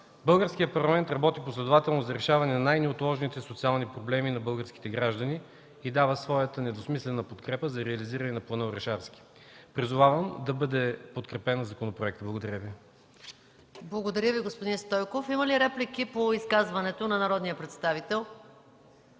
Българският парламент работи последователно за решаване на най-неотложните социални проблеми на българските граждани и дава своята недвусмислена подкрепа за реализиране на плана Орешарски. Призовавам да бъде подкрепен законопроектът. Благодаря Ви. ПРЕДСЕДАТЕЛ МАЯ МАНОЛОВА : Благодаря Ви, господин Стойков. Има ли реплики по изказването на народния представител?